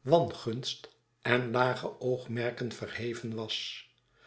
wangunst en lage oogmerken verheven was